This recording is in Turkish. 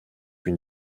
bin